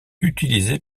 utilisé